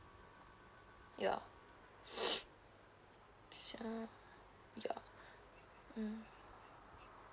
ya so ya mm